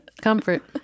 comfort